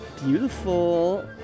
Beautiful